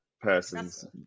person's